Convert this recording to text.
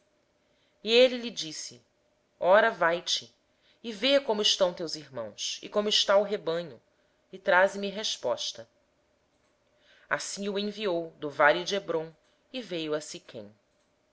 a eles respondeu-lhe josé eis-me aqui disse-lhe israel vai vê se vão bem teus irmãos e o rebanho e traze-me resposta assim o enviou do vale de hebrom e josé foi a siquém